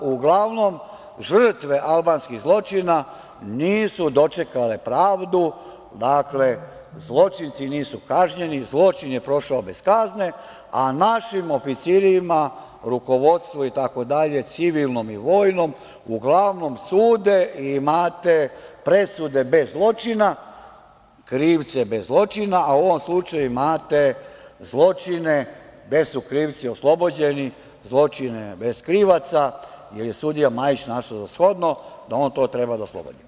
Uglavnom, žrtve albanskih zločina nisu dočekale pravdu, zločinci nisu kažnjeni i zločin je prošao bez kazne, a našim oficirima, rukovodstvu, civilnom i vojnom, uglavnom sude i imate presude bez zločina, krivce bez zločina, a u ovom slučaju imate zločine gde su krivci oslobođeni, zločine bez krivaca, jer je sudija Majić našao za shodno da on to treba da oslobodi.